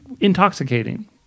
intoxicating